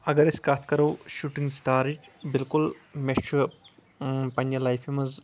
اَگر أسۍ کَتھ کَرو شوٗٹنٛگ سِٹارٕچ بِلکُل مےٚ چھُ پَنٕنہِ لایفہِ منٛز